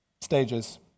Stages